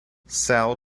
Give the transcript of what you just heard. sal